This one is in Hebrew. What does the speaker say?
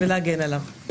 ולהגן עליהם.